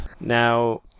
Now